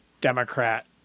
Democrat